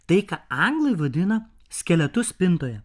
tai ką anglai vadina skeletu spintoje